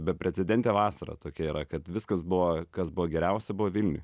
beprecedentė vasara tokia yra kad viskas buvo kas buvo geriausia buvo vilniuj